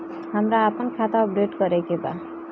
हमरा आपन खाता अपडेट करे के बा